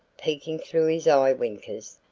peeking through his eyewinkers,